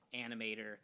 animator